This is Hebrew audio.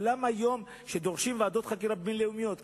כשדורשים ועדות חקירה בין-לאומיות,